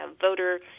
voter